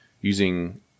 using